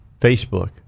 Facebook